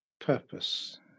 purpose